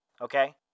okay